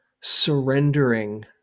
surrendering